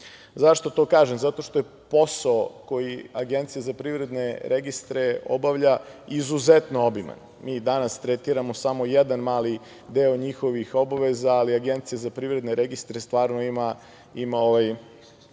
Zašto to kažem? Zato što je posao koji Agencija za privredne registre obavlja izuzetno obiman. Mi danas tretiramo samo jedan mali deo njihovih obaveza, ali Agencija za privredne registre stvarno ima veliki